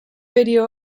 video